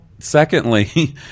secondly